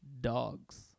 Dogs